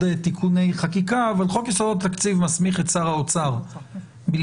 תיקוני חקיקה אבל חוק יסודות התקציב מסמיך את שר האוצר בלבד.